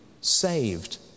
saved